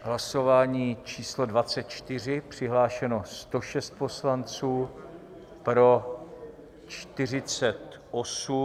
Hlasování číslo 24, přihlášeno 106 poslanců, pro 48.